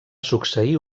succeir